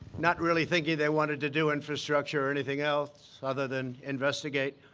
not really thinking they wanted to do infrastructure or anything else other than investigate.